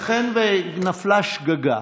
אז ייתכן שנפלה שגגה.